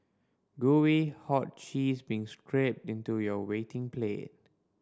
gooey hot cheese being scrapped into your waiting plate